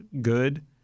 good